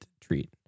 treat